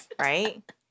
Right